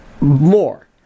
more